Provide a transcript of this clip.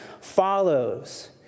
follows